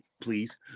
Please